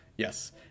Yes